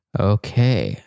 Okay